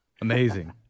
Amazing